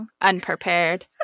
unprepared